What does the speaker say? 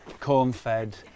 corn-fed